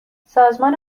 سازمان